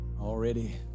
already